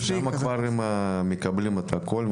ושם הם כבר מקבלים את הכל,